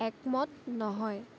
একমত নহয়